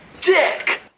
dick